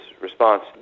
response